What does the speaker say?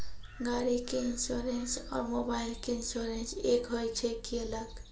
गाड़ी के इंश्योरेंस और मोबाइल के इंश्योरेंस एक होय छै कि अलग?